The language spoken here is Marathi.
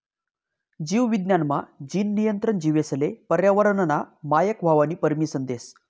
जीव विज्ञान मा, जीन नियंत्रण जीवेसले पर्यावरनना मायक व्हवानी परमिसन देस